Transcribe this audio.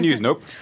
Nope